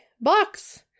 box